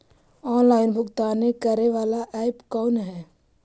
Online भुगतान करे बाला ऐप कौन है?